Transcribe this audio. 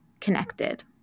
connected